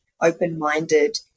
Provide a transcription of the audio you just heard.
open-minded